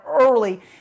early